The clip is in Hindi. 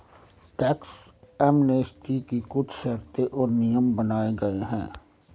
टैक्स एमनेस्टी की कुछ शर्तें और नियम बनाये गये हैं